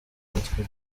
yitwa